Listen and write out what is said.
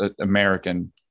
American